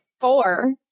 four